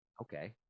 Okay